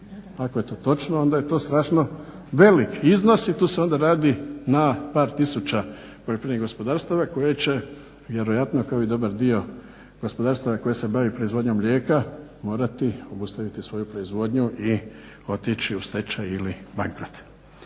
Ako je to točno, onda je to strašno velik iznos i tu se onda radi na par tisuća poljoprivrednih gospodarstva koja će vjerojatno kao i dobar dio gospodarstva koje se bavi proizvodnjom mlijeka morati obustaviti svoju proizvodnju i otići u stečaj ili bankrot.